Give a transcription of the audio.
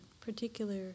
particular